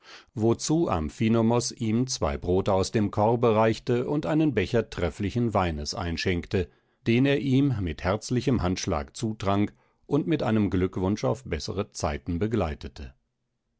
wozu amphinomos ihm zwei brote aus dem korbe reichte und einen becher trefflichen weines einschenkte den er ihm mit herzlichem handschlag zutrank und mit einem glückwunsch auf bessere zeiten begleitete